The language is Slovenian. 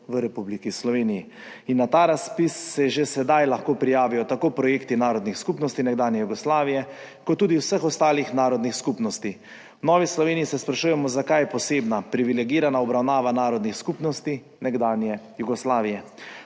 v Republiki Sloveniji in na ta razpis se že sedaj lahko prijavijo tako projekti narodnih skupnosti nekdanje Jugoslavije kot tudi vseh ostalih narodnih skupnosti. V Novi Sloveniji se sprašujemo, zakaj posebna, privilegirana obravnava narodnih skupnosti nekdanje Jugoslavije,